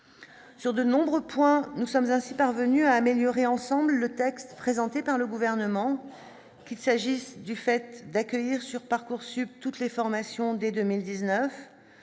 sur de nombreux points nous sommes ainsi parvenu à améliorer ensemble le texte présenté par le gouvernement, qu'il s'agisse du fait d'accueillir sur Parcoursup toutes les formations dès 2019,